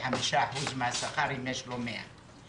75% מהשכר אם יש לו 100% משרה.